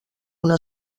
una